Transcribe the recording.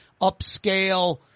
upscale